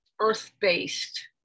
earth-based